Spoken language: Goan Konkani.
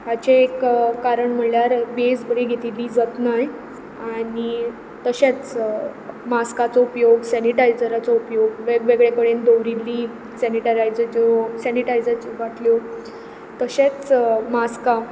हाचे एक कारण म्हणल्यार भेसबरी घेतिल्ली जतनाय आनी तशेंच मास्काचो उपयोग सेनिटायझराचो उपयोग वेगवेगळे कडेन दवरिल्ली सेनिटाझरच्यो सेनिटायझरच्यो बाटल्यो तशेंच मास्कां